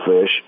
fish